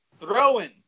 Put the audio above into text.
throwing